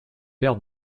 pair